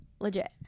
legit